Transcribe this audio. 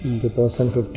2015